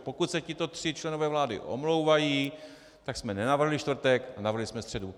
Pokud se tito tři členové vlády omlouvají, tak jsme nenavrhli čtvrtek, navrhli jsme středu.